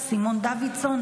סימון דוידסון,